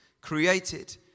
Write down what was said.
created